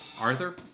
Arthur